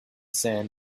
sand